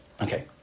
Okay